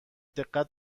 دقت